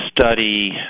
study